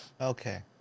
Okay